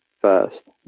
first